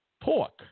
pork